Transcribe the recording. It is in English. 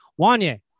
Wanye